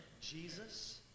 Jesus